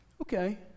Okay